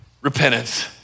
repentance